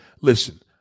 listen